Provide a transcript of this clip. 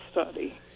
study